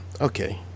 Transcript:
Okay